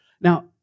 Now